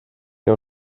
què